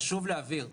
חשוב להבהיר,